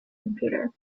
computer